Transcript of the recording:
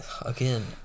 Again